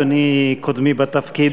אדוני קודמי בתפקיד,